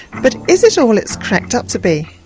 but is it all it's cracked up to be?